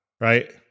right